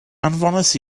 anfonais